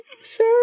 sir